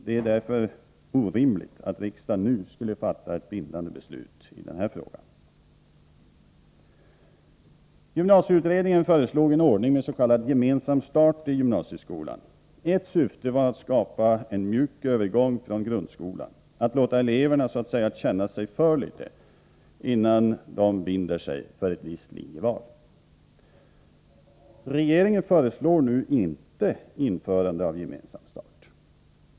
Det är därför orimligt att riksdagen nu skulle fatta ett bindande beslut i den här frågan. Gymnasieutredningen föreslog en ordning med s.k. gemensam start i gymnasieskolan. Ett syfte var att skapa en mjuk övergång från grundskolan, att låta eleverna så att säga känna sig för litet, innan de binder sig för ett visst linjeval. Regeringen föreslår nu inte införande av gemensam start.